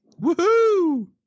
Woohoo